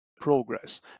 progress